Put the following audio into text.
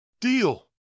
Deal